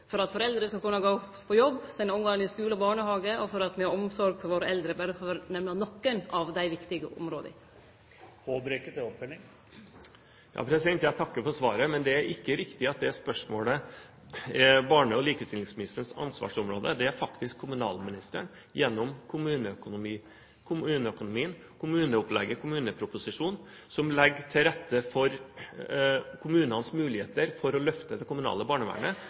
for at foreldre skal kunne gå på jobb ved å kunne sende ungane i skule og barnehage, og for at våre eldre får omsorg – berre for å nemne nokre av dei viktige områda. Jeg takker for svaret, men det er ikke riktig at spørsmålet hører innunder barne-, likestillings- og inkluderingsministerens ansvarsområde. Det er kommunalministeren som gjennom kommuneøkonomien, kommuneopplegget og kommuneproposisjonen legger til rette for kommunenes muligheter til å løfte det kommunale barnevernet,